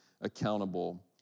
accountable